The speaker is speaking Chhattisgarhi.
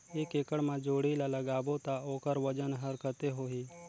एक एकड़ मा जोणी ला लगाबो ता ओकर वजन हर कते होही?